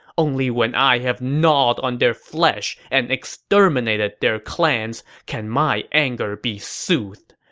only when i have gnawed on their flesh and exterminated their clans can my anger be soothed.